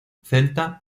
celta